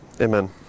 amen